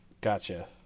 Gotcha